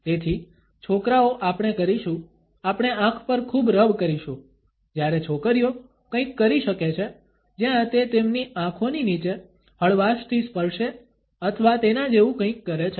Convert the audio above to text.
તેથી છોકરાઓ આપણે કરીશું આપણે આંખ પર ખૂબ રબ કરીશું જ્યારે છોકરીઓ કંઈક કરી શકે છે જ્યાં તે તેમની આંખોની નીચે હળવાશથી સ્પર્શે અથવા તેના જેવું કંઈક કરે છે